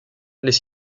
les